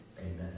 Amen